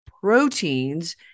proteins